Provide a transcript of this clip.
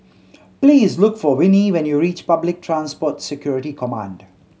please look for Venie when you reach Public Transport Security Command